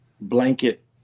blanket